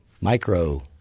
micro